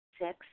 Six